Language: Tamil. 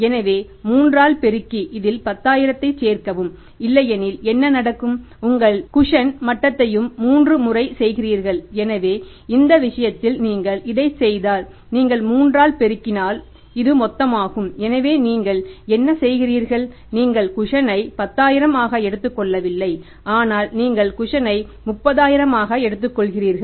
எனவே 3 ஆல் பெருக்கி இதில் 10000 ஐச் சேர்க்கவும் இல்லையெனில் என்ன நடக்கும் உங்கள் குஷனை 10000 ஆக எடுத்துக் கொள்ளவில்லை ஆனால் நீங்கள் குஷனை 30000 ஆக எடுத்துக்கொள்கிறீர்கள்